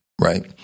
right